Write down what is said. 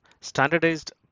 standardized